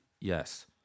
yes